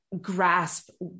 grasp